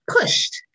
pushed